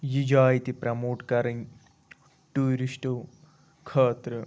یہِ جاے تہِ پرموٹ کَرٕںۍ ٹوٗرِسٹ خٲطرٕ